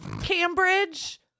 Cambridge